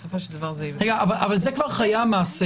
בסופו של דבר זה --- אבל זה כבר חיי המעשה,